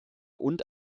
und